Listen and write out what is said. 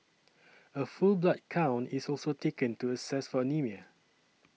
a full blood count is also taken to assess for anaemia